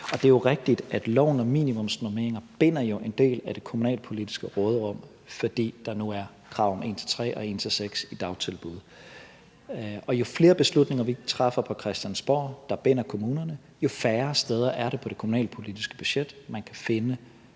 Det er jo rigtigt, at loven om minimumsnormeringer binder binder en del af de kommunalpolitiske råderum, fordi der nu er krav om 1 til 3 og 1 til 6 i dagtilbud. Jo flere beslutninger, vi træffer på Christiansborg, og som binder kommunerne, jo færre steder er der at finde besparelser på det kommunalpolitiske budget, hvis man gerne